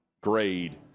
grade